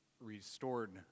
restored